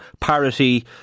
parity